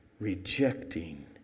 Rejecting